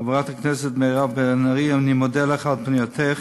חברת הכנסת מירב בן ארי, אני מודה לך על פנייתך